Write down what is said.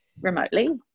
remotely